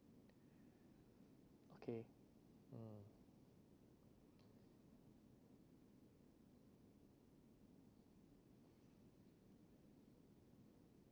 okay mm